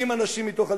עם אנשים מתוך הליכוד,